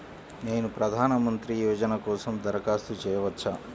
నేను ప్రధాన మంత్రి యోజన కోసం దరఖాస్తు చేయవచ్చా?